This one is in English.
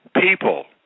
people